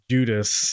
Judas